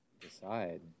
decide